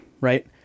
right